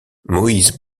moïse